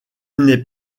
n’est